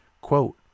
Quote